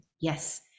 Yes